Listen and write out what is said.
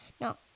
no